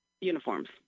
uniforms